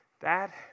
Dad